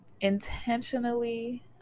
intentionally